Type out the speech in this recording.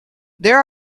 there